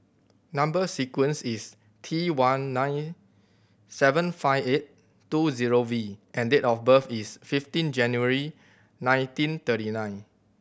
number sequence is T one nine seven five eight two zero V and date of birth is fifteen January nineteen thirty nine